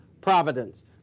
providence